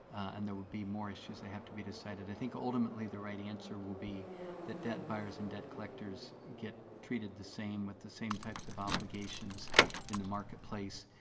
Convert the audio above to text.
and there will be more issues that have to be decided. i think, ultimately, the right answer will be that debt buyers and debt collectors get treated the same, with the same types of obligations in the marketplace.